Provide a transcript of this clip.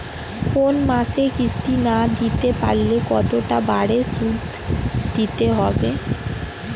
কোন মাসে কিস্তি না দিতে পারলে কতটা বাড়ে সুদ দিতে হবে?